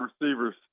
receivers